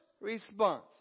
response